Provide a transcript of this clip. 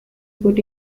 put